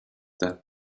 that